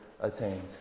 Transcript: attained